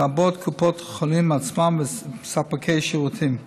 לרבות קופות החולים עצמן וספקי שירותים.